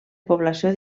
població